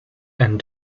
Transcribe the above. and